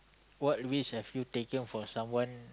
what risk have you taken for someone